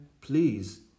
please